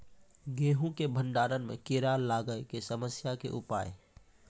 गेहूँ के भंडारण मे कीड़ा लागय के समस्या के उपाय?